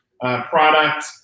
product